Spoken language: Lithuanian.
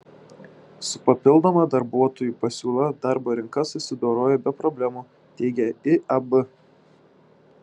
su papildoma darbuotojų pasiūla darbo rinka susidorojo be problemų teigia iab